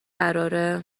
قراره